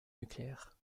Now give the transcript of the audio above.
nucléaires